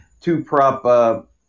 two-prop